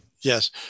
Yes